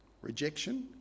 Rejection